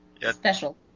special